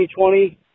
2020